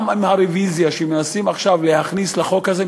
גם עם הרוויזיה שמנסים עכשיו להכניס לחוק הזה,